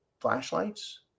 flashlights